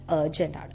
urgent